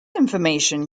information